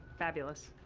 fabulous.